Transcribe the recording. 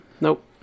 Nope